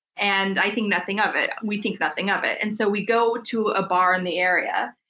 and i think nothing of it. we think nothing of it. and so we go to a bar in the area,